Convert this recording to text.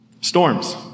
Storms